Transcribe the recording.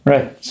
Right